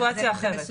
זה מסובך.